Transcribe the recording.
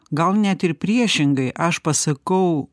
gal net ir priešingai aš pasakau